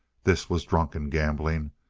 this was drunken gambling,